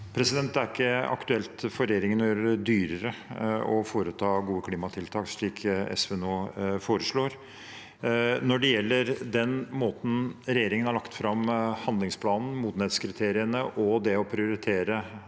Det er ikke aktu- elt for regjeringen å gjøre det dyrere å foreta gode klimatiltak, slik SV nå foreslår. Når det gjelder måten regjeringen har lagt fram handlingsplanen, modenhetskriteriene og det å prioritere